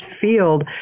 field